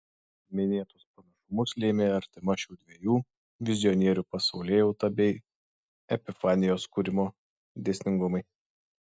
minėtus panašumus lėmė artima šių dviejų vizionierių pasaulėjauta bei epifanijos kūrimo dėsningumai